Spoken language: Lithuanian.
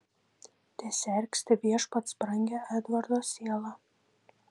tesergsti viešpats brangią edvardo sielą